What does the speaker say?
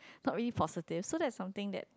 not really positive so that is something that